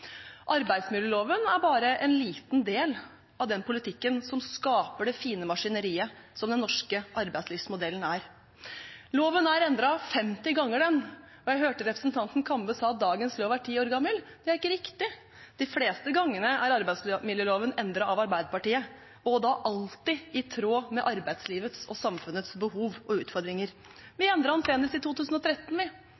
Arbeidsmiljøloven er bare en liten del av den politikken som skaper det fine maskineriet som den norske arbeidslivsmodellen er. Loven er endret 50 ganger. Jeg hørte representanten Kambe si at dagens lov er ti år gammel. Det er ikke riktig. De fleste gangene har arbeidsmiljøloven blitt endret av Arbeiderpartiet – og da alltid i tråd med arbeidslivets og samfunnets behov og utfordringer. Vi endret den senest i 2013,